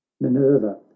minerva